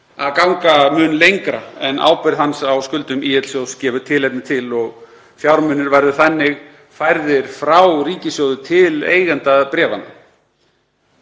að ganga mun lengra en ábyrgð hans á skuldum ÍL-sjóðs gefur tilefni til og fjármunir verði þannig færðir frá ríkissjóði til eigenda bréfanna.